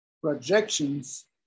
projections